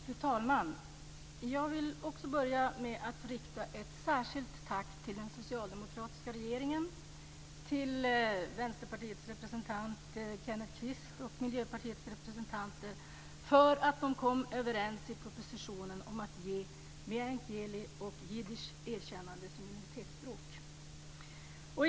Fru talman! Jag vill börja med att rikta ett särskilt tack till den socialdemokratiska regeringen, till Miljöpartiets företrädare för att de kommit överens om att i propositionen föreslå att meänkieli och jiddisch ska ges erkännande som minoritetsspråk.